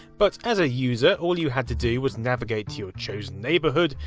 but as a user, all you had to do was navigate to your chosen neighbourhood,